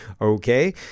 Okay